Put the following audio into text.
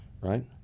Right